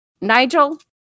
Nigel